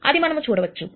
అది మనము చూడవచ్చు